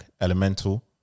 Elemental